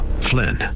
Flynn